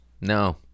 No